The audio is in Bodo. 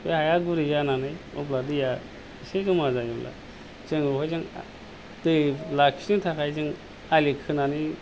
बे हाया गुरै जानानै अब्ला दैया एसे जमा जायोब्ला जों बेवहाय दै लाखिनो थाखाय जों आलि खोनानै